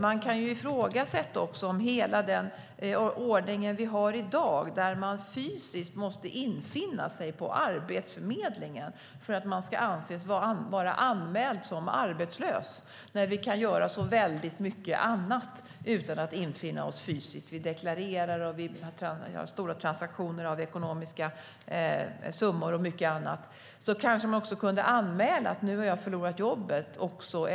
Man kan ifrågasätta hela den ordning vi har i dag, där man fysiskt måste infinna sig på Arbetsförmedlingen för att man ska anses vara anmäld som arbetslös, när vi kan göra så mycket annat utan att behöva infinna oss fysiskt. Vi deklarerar elektroniskt, gör ekonomiska transaktioner och mycket annat. Då kanske man också elektroniskt kunde anmäla om man har förlorat jobbet.